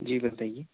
جی بتائیے